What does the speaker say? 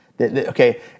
Okay